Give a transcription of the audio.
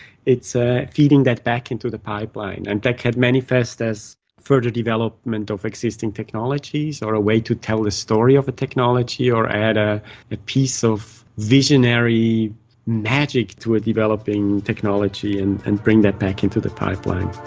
it's feeding that back into the pipeline. and that can manifest as further development of existing technologies or a way to tell the story of a technology or add a a piece of visionary magic to a developing technology and and bring that back into the pipeline.